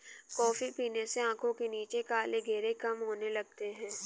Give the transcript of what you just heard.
coffee पीने से आंखों के नीचे काले घेरे कम होने लगते हैं